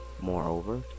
Moreover